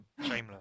Shameless